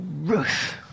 Ruth